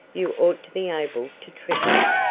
you ought to be able to triple it.